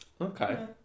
okay